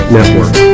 Network